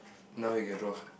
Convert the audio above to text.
now you get